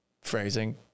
phrasing